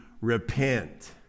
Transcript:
repent